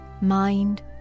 mind